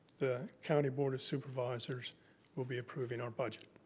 the county board of supervisors will be approving our budget.